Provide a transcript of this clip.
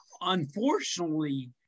Unfortunately